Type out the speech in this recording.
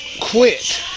quit